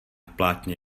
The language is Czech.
plátně